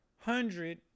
hundred